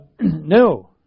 No